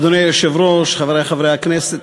אדוני היושב-ראש, חברי חברי הכנסת,